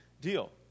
deal